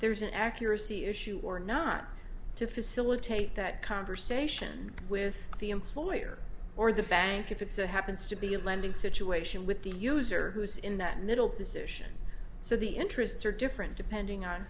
there's an accuracy issue or not to facilitate that conversation with the employer or the bank if it's a happens to be a lending situation with the user who is in that middle position so the interests are different depending on